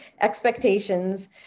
expectations